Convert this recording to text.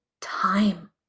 time